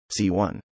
C1